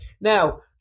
now